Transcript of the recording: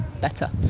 better